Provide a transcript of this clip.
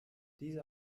diese